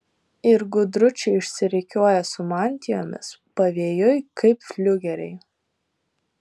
ir gudručiai išsirikiuoja su mantijomis pavėjui kaip fliugeriai